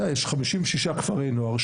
יש כ-56 כפרי נוער.